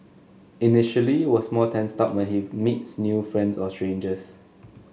initially was more tensed up when he meets new friends or strangers